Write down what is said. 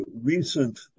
recent